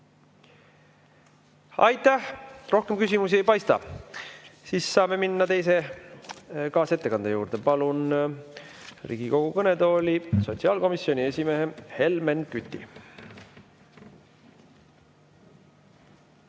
Aitäh! Rohkem küsimusi ei paista. Saame minna teise kaasettekande juurde. Palun Riigikogu kõnetooli sotsiaalkomisjoni esimehe Helmen Küti.